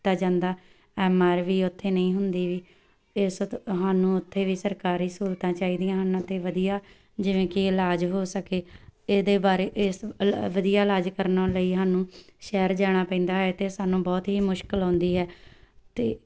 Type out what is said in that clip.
ਕੀਤਾ ਜਾਂਦਾ M R ਵੀ ਉੱਥੇ ਨਹੀਂ ਹੁੰਦੀ ਵੀ ਇਸ ਤੁਹਾਨੂੰ ਉੱਥੇ ਵੀ ਸਰਕਾਰੀ ਸਹੂਲਤਾਂ ਚਾਹੀਦੀਆਂ ਹਨ ਅਤੇ ਵਧੀਆ ਜਿਵੇਂ ਕਿ ਇਲਾਜ ਹੋ ਸਕੇ ਇਹਦੇ ਬਾਰੇ ਇਸ ਵਧੀਆ ਇਲਾਜ ਕਰਨ ਲਈ ਸਾਨੂੰ ਸ਼ਹਿਰ ਜਾਣਾ ਪੈਂਦਾ ਹੈ ਅਤੇ ਸਾਨੂੰ ਬਹੁਤ ਹੀ ਮੁਸ਼ਕਲ ਆਉਂਦੀ ਹੈ ਅਤੇ